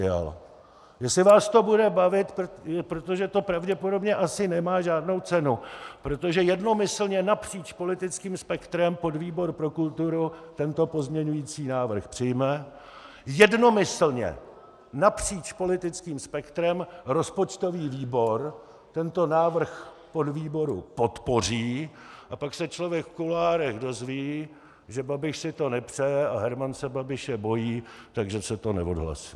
Jestli vás to bude bavit, protože to pravděpodobně asi nemá žádnou cenu, protože jednomyslně napříč politickým spektrem podvýbor pro kulturu tento pozměňovací návrh přijme, jednomyslně napříč politickým spektrem rozpočtový výbor tento návrh podvýboru podpoří, a pak se člověk v kuloárech dozví, že Babiš si to nepřeje a Herman se Babiše bojí, takže se to neodhlasuje.